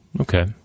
Okay